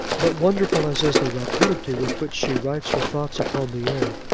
but wonderful as is the rapidity with which she writes her thoughts upon the air,